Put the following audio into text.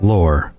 Lore